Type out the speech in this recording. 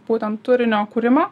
būtent turinio kūrimą